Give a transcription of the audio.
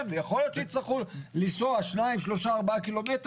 יכול להיות שיצטרכו לנסוע 4-2 ק"מ.